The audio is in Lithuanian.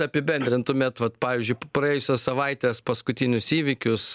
apibendrintumėt vat pavyzdžiui praėjusios savaitės paskutinius įvykius